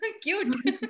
cute